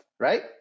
Right